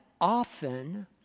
often